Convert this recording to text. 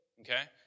Okay